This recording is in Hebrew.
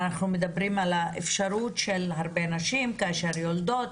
ואנחנו מדברים על האפשרות של הרבה נשים כאשר יולדות